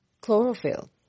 Chlorophyll